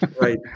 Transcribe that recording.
Right